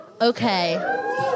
Okay